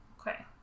Okay